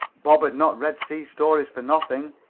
bob had not read sea stories for nothing.